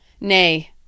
nay